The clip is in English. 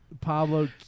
Pablo